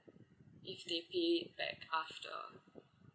if they pay back after